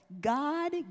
God